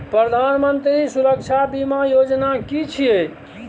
प्रधानमंत्री सुरक्षा बीमा योजना कि छिए?